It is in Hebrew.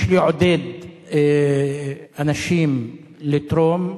יש לעודד אנשים לתרום.